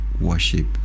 worship